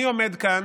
אני עומד כאן